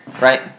right